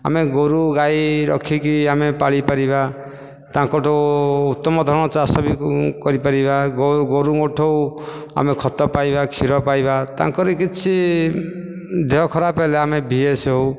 ଆମେ ଗୋରୁଗାଈ ରଖିକି ଆମେ ପାଳିପାରିବା ତାଙ୍କଠୁ ଉତ୍ତମତମ ଚାଷ ବି କରିପାରିବା ଗୋରୁଙ୍କଠୁ ଆମେ ଖତ ପାଇବା କ୍ଷୀର ପାଇବା ତାଙ୍କରି କିଛି ଦେହ ଖରାପ ହେଲେ ଆମେ ବି ଏସ୍ ହେଉ